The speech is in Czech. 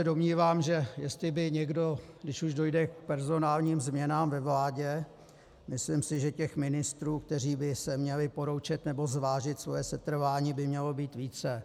Domnívám se, že jestli by někdo, když už dojde k personálním změnám ve vládě, myslím si, že ministrů, kteří by se měli poroučet nebo zvážit svoje setrvání, by mělo být více.